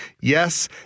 yes